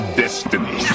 destiny